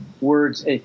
words